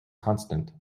constant